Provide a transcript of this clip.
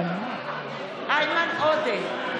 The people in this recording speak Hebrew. (קוראת בשמות חברי הכנסת) איימן עודה,